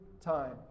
time